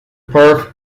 perth